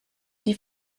die